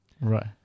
Right